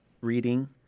reading